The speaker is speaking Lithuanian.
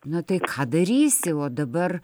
nu tai ką darysi o dabar